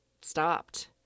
stopped